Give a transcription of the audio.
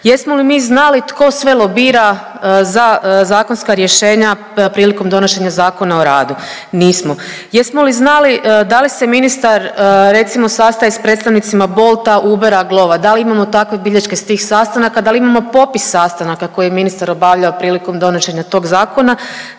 Jesmo li mi znali tko sve lobira za zakonska rješenja prilikom donošenja Zakona o radu? Nismo. Jesmo li znali da li se ministar recimo sastaje sa predstavnicima Bolta, Ubera, Glova. Da li imamo takve bilješke sa tih sastanaka? Da li imamo popis sastanaka koje je ministar obavljao prilikom donošenja tog zakona?